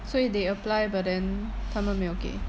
所以 they apply but then 他们没有给